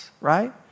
right